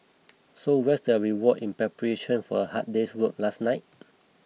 so what's their reward in preparation for a hard day's work last night